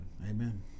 Amen